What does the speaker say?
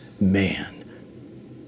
man